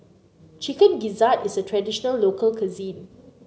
Chicken Gizzard is a traditional local cuisine